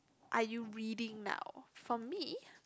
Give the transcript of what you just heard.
are you reading now for me